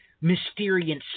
mysterious